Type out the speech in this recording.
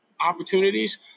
opportunities